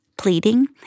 Pleading